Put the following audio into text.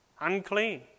Unclean